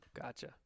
gotcha